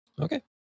Okay